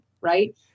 right